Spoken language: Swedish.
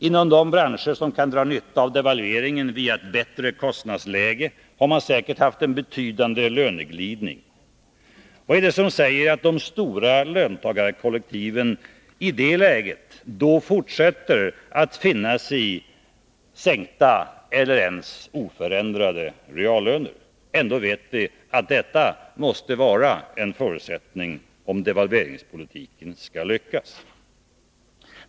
Inom de branscher som kan dra nytta av devalveringen via ett bättre kostnadsläge har man säkert haft en betydande löneglidning. Vad är det som säger att de stora löntagarkollektiven i det läget fortsätter att finna sig i sänkta eller möjligen oförändrade reallöner? Vi vet att detta måste vara en förutsättning, om devalveringspolitiken skall lyckas.